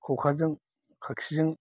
खखाजों खाखिजों